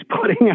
putting